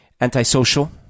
antisocial